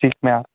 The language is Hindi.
ठीक